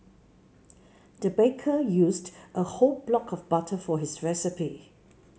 the baker used a whole block of butter for this recipe